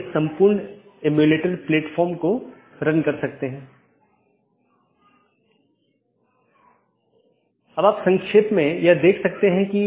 गैर संक्रमणीय में एक और वैकल्पिक है यह मान्यता प्राप्त नहीं है इस लिए इसे अनदेखा किया जा सकता है और दूसरी तरफ प्रेषित नहीं भी किया जा सकता है